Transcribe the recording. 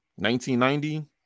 1990